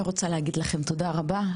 אני רוצה להגיד לכם תודה רבה,